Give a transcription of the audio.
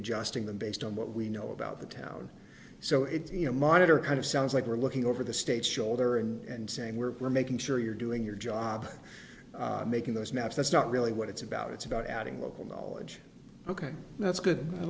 adjusting them based on what we know about the town so it's you know monitor kind of sounds like we're looking over the states shoulder and saying we're making sure you're doing your job making those maps that's not really what it's about it's about adding local knowledge ok that's good i